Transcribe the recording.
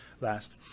last